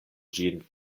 ĝin